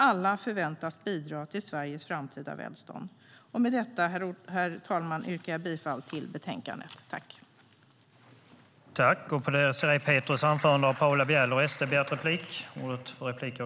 Alla förväntas bidra till Sveriges framtida välstånd. Med detta, herr talman, yrkar jag bifall till utskottets förslag till beslut.